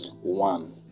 One